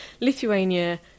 Lithuania